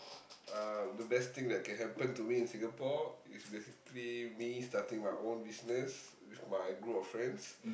uh the best thing that can happen to me in Singapore is basically me starting my own business with my group of friends